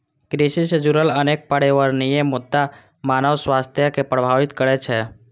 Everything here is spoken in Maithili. कृषि सं जुड़ल अनेक पर्यावरणीय मुद्दा मानव स्वास्थ्य कें प्रभावित करै छै